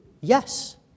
Yes